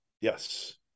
Yes